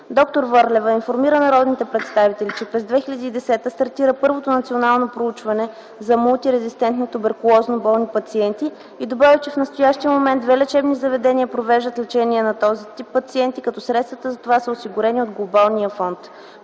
Доктор Върлева информира народните представители, че през 2010 г. стартира първото национално проучване за мултирезистентните туберкулозно болни пациенти и добави, че в настоящия момент две лечебни заведения провеждат лечение на този тип пациенти, като средствата за това са осигурени от Глобалния фонд.